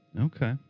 Okay